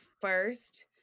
first